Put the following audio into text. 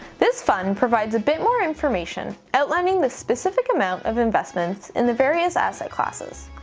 this fund provides a bit more information, outlining the specific amount of investments in the various asset classes.